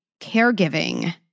caregiving